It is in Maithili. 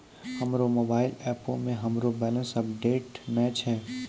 हमरो मोबाइल एपो मे हमरो बैलेंस अपडेट नै छै